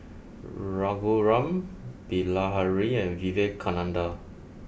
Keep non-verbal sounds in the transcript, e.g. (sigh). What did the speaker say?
(hesitation) Raghuram Bilahari and Vivekananda